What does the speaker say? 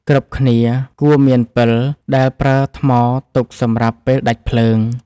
គ្រប់គ្នាគួរមានពិល ដែលប្រើថ្មទុកសម្រាប់ពេលដាច់ភ្លើង។